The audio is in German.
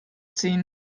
ziehen